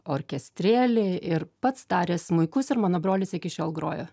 orkestrėlį ir pats darė smuikus ir mano brolis iki šiol groja